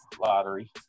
lottery